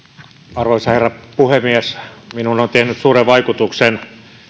arvoisa herra puhemies minuun on tehnyt suuren vaikutuksen